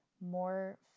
more